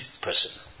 person